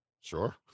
Sure